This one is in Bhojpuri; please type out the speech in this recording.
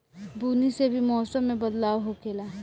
बुनी से भी मौसम मे बदलाव होखेले